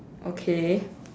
okay